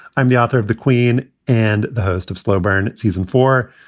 i'm the author of the queen and the host of slow burn season four.